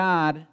God